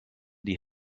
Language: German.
die